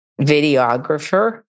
videographer